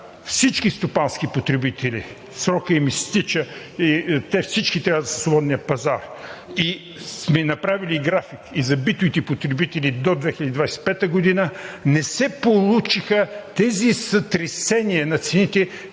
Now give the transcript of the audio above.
всички стопански потребители – срокът им изтича и всички те трябва да са на свободния пазар, направили сме график и за битовите потребители до 2025 г., не се получиха сътресенията на цените,